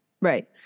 Right